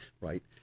right